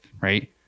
right